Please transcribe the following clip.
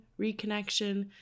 reconnection